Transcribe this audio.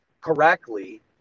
correctly